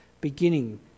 beginning